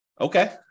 Okay